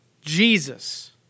Jesus